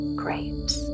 grapes